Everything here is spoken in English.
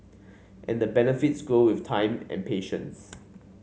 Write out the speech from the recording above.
and the benefits grow with time and patience